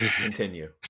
continue